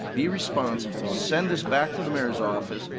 be responsible, send this back to the mayor's office,